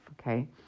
okay